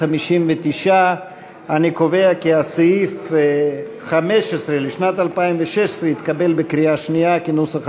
59. אני קובע כי סעיף 15 לשנת 2016 התקבל בקריאה שנייה כנוסח הוועדה.